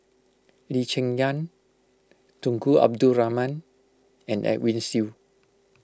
Lee Cheng Yan Tunku Abdul Rahman and Edwin Siew